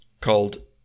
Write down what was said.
Called